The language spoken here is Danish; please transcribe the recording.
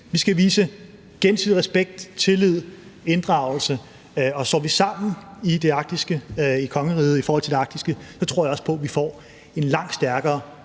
Vi skal vise gensidig respekt, tillid, inddragelse. Står vi sammen i forhold til det arktiske i kongeriget, tror jeg også på, at vi får en langt stærkere